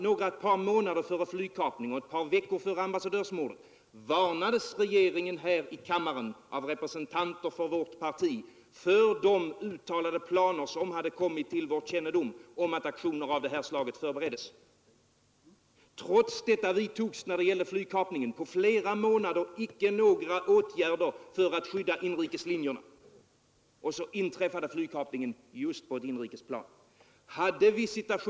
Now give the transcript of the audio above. Några månader före flygkapningen i Sverige och ett par veckor före ambassadörsmordet varnades regeringen här i kammaren av representanter från vårt parti för de uttalade planer som hade kommit till vår kännedom om att aktioner av detta slag förbereddes. Trots detta vidtogs på flera månader inte några åtgärder för att skydda den inrikes flygfarten. Så inträffade en flygkapning just på ett flygplan för inrikes trafik.